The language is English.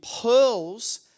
pearls